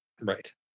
Right